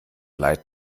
leid